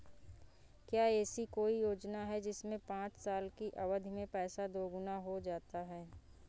क्या ऐसी कोई योजना है जिसमें पाँच साल की अवधि में पैसा दोगुना हो जाता है?